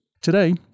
Today